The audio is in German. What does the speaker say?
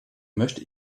möchte